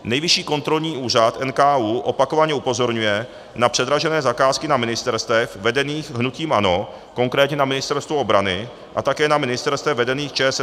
Nejvyšší kontrolní úřad NKÚ opakovaně upozorňuje na předražené zakázky na ministerstvech vedených hnutím ANO, konkrétně na Ministerstvu obrany, a také na ministerstvech vedených ČSSD a KDUČSL.